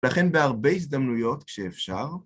ולכן בהרבה הזדמנויות כשאפשר.